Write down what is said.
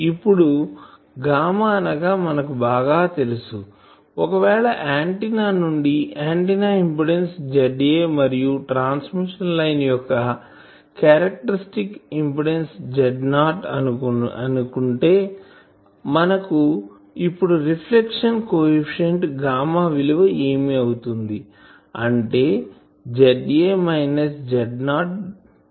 ఇప్పుడు గామా అనగా మనకు బాగా తెలుసు ఒకవేళ ఆంటిన్నా నుండి ఆంటిన్నా ఇంపిడెన్సు ZA మరియు ట్రాన్స్మిషన్ లైన్ యొక్క క్యారక్టరిస్టిక్ ఇంపిడెన్సుZ0 అని అనుకుంటే మనకు ఇప్పుడు రిఫ్లెక్షన్ కోఎఫిషియంట్ గామా విలువ ఏమి అవుతుంది అంటే ZA Z0